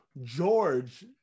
George